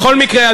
בכל מקרה,